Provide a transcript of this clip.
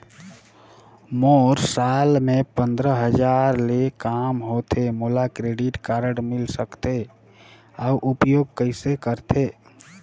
मोर साल मे पंद्रह हजार ले काम होथे मोला क्रेडिट कारड मिल सकथे? अउ उपयोग कइसे करथे?